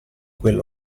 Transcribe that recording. quella